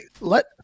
let